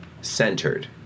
centered